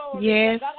Yes